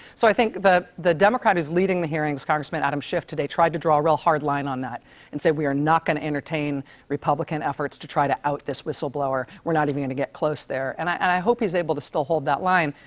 so, i think the the democrat who's leading the hearing, congressman adam schiff, today tried to draw a real hard line on that and said, we're not going to entertain republican efforts to try to out this whistleblower. we're not even going to get close there. and i and i hope he's able to still hold that line.